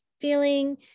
feeling